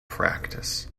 practice